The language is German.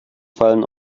fallen